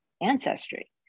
ancestry